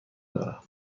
دارم